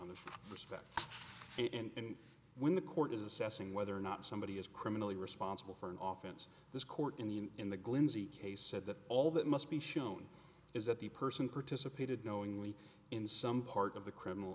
on the respect and when the court is assessing whether or not somebody is criminally responsible for an office this court in the in the glynn's each case said that all that must be shown is that the person participated knowingly in some part of the criminal